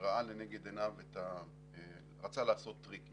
רצה לעשות טריק.